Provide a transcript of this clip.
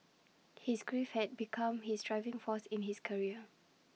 his grief had become his driving force in his career